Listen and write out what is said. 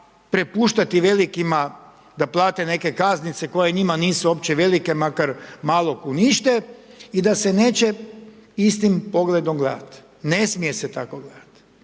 prepuštati velikima da prate neke kaznice, koje njima nisu uopće velike, makar malog unište i da se neće istim pogledom gledati. Ne smije se tako raditi.